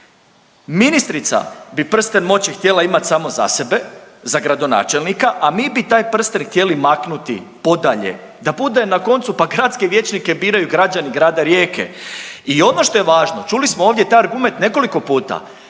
Ministrica bi prsten moći htjela imati samo za sebe, za gradonačelnika, a mi taj prsten htjeli maknuti podalje da bude na koncu pa gradske vijećnike biraju građani grada Rijeke. I ono što je važno čuli smo ovdje taj argument nekoliko puta,